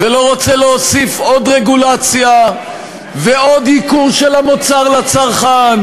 ולא רוצה להוסיף עוד רגולציה ועוד ייקור של המוצר לצרכן.